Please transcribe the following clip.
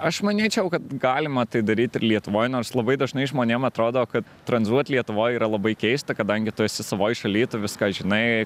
aš manyčiau kad galima tai daryt ir lietuvoj nors labai dažnai žmonėm atrodo kad tranzuot lietuvoj yra labai keista kadangi tu esi savoj šaly tu viską žinai